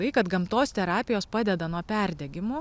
tai kad gamtos terapijos padeda nuo perdegimo